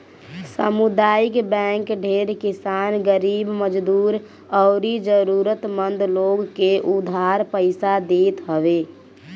सामुदायिक बैंक ढेर किसान, गरीब मजदूर अउरी जरुरत मंद लोग के उधार पईसा देत हवे